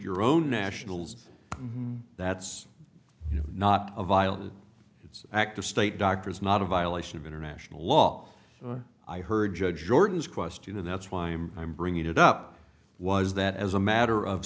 your own nationals that's not a violent act a state doctor is not a violation of international law i heard judge jordan's question and that's why i'm i'm bringing it up was that as a matter of